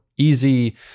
easy